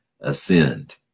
ascend